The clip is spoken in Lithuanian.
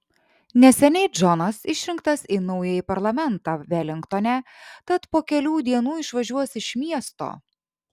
neseniai džonas išrinktas į naująjį parlamentą velingtone tad po kelių dienų išvažiuos iš miesto